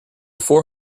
four